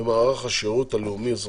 במערך השירות הלאומי אזרחי.